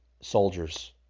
soldiers